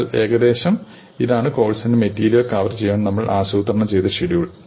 എന്നാൽ ഏകദേശം ഇതാണ് കോഴ്സിലെ മെറ്റീരിയൽ കവർ ചെയ്യാൻ നമ്മൾ ആസൂത്രണം ചെയ്ത ഷെഡ്യൂൾ